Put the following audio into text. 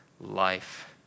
life